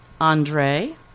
Andre